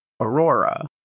aurora